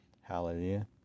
Hallelujah